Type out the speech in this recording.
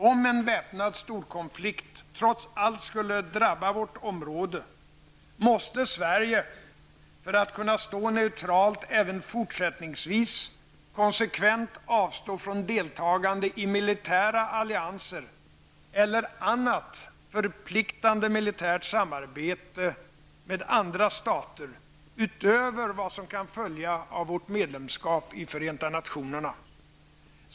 Om en väpnad storkonflikt trots allt skulle drabba vårt område, måste Sverige, för att då kunna stå neutralt, även fortsättningsvis konsekvent avstå från deltagande i militära allianser eller annat förpliktigande militärt samarbete med andra stater, utöver vad som kan följa av vårt medlemskap i Förena nationerna.